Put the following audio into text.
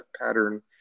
pattern